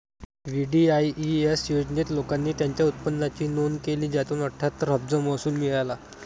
VDIS योजनेत, लोकांनी त्यांच्या उत्पन्नाची नोंद केली, ज्यातून अठ्ठ्याहत्तर अब्ज महसूल मिळाला